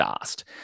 asked